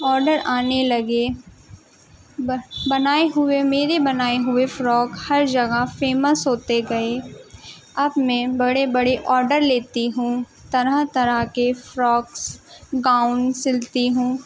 order آنے لگے بنائے ہوئے میرے بنائے ہوئے فراک ہر جگہ فیمس ہوتے گئے اب میں بڑے بڑے آڈر لیتی ہوں طرح طرح کے فراکس گاؤن سلتی ہوں